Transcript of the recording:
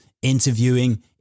Interviewing